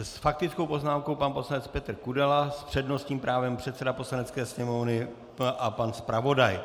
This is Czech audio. S faktickou poznámkou pan poslanec Petr Kudela, s přednostním právem předseda Poslanecké sněmovny a pan zpravodaj.